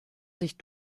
sich